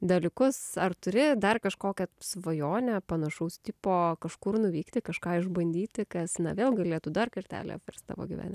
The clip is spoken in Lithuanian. dalykus ar turi dar kažkokią svajonę panašaus tipo kažkur nuvykti kažką išbandyti kas na vėl galėtų dar kartelį apverst tavo gyvenimą